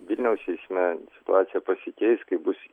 vilniaus eisme situacija pasikeis kai bus